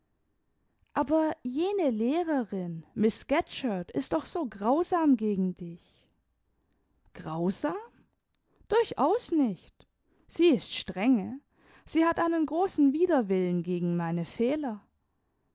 aber jene lehrerin miß scatcherd ist doch so grausam gegen dich grausam durchaus nicht sie ist strenge sie hat einen großen widerwillen gegen meine fehler